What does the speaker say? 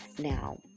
now